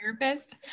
therapist